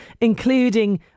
including